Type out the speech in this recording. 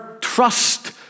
trust